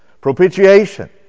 propitiation